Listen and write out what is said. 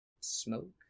smoke